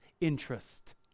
interest